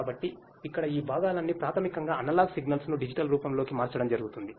కాబట్టి ఇక్కడ ఈ భాగాలన్నీ ప్రాథమికంగా అనలాగ్ సిగ్నల్స్ ను డిజిటల్ రూపంలోకి మార్చడం జరుగుథుంధి